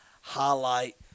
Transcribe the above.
highlight